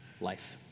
life